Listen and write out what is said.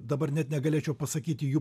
dabar net negalėčiau pasakyti jų